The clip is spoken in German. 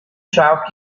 scharf